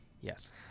Yes